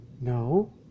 No